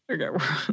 Okay